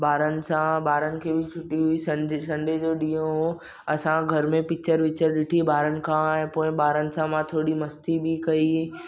ॿारनि सां ॿारनि खे बि छुटी हुई सनडे सनडे जो ॾींहं हो असां घर में पिच्चर विच्चर ॾिठी ॿारनि खां पोइ ॿारनि सां मां थोरी मस्ती बि कई